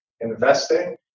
investing